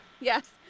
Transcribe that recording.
Yes